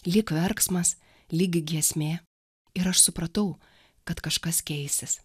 lyg verksmas lyg giesmė ir aš supratau kad kažkas keisis